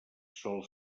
sol